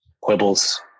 quibbles